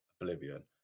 oblivion